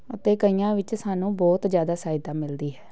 ਅਤੇ ਕਈਆਂ ਵਿੱਚ ਸਾਨੂੰ ਬਹੁਤ ਜ਼ਿਆਦਾ ਸਹਾਇਤਾ ਮਿਲਦੀ